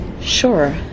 Sure